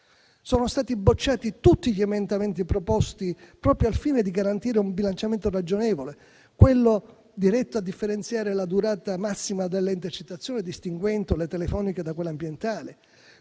Sono stati bocciati tutti gli emendamenti proposti proprio al fine di garantire un bilanciamento ragionevole: quello diretto a differenziare la durata massima delle intercettazioni, distinguendo le telefoniche da quelle ambientali;